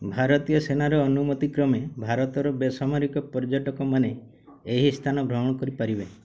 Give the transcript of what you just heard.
ଭାରତୀୟ ସେନାର ଅନୁମତି କ୍ରମେ ଭାରତର ବେସାମରିକ ପର୍ଯ୍ୟଟକମାନେ ଏହି ସ୍ଥାନ ଭ୍ରମଣ କରିପାରିବେ